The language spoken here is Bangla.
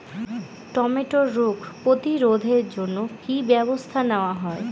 টমেটোর রোগ প্রতিরোধে জন্য কি কী ব্যবস্থা নেওয়া হয়?